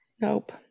Nope